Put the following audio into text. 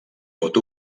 pot